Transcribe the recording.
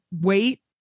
wait